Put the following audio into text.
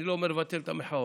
אני לא מבטל את המחאות,